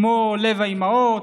כמו לב האימהות,